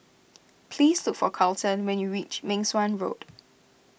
please look for Carleton when you reach Meng Suan Road